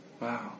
wow